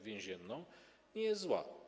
Więzienną nie jest zła.